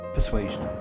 Persuasion